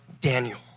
Daniel